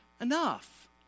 enough